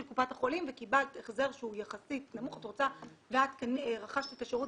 קופת החולים וקיבלת החזר שהוא יחסית נמוך ואת רכשת את השירות